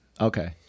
Okay